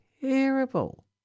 Terrible